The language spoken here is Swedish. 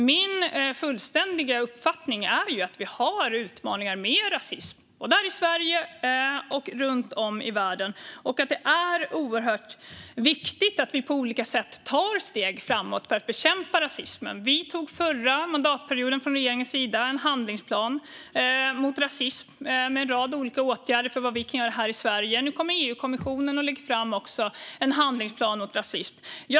Min absoluta uppfattning är att vi har utmaningar med rasism både här i Sverige och runt om i världen och att det är viktigt att vi på olika sätt tar steg framåt för att bekämpa rasismen. Förra mandatperioden antog regeringen en handlingsplan mot rasism med en rad olika åtgärder för vad som kan göras i Sverige. Nu lägger även EU-kommissionen fram en handlingsplan mot rasism.